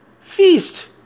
Feast